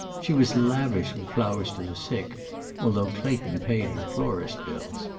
she was lavish with flowers to the sick although clayton paid her florist bills.